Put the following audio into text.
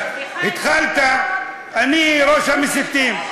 אז התחלת: אני ראש המסיתים.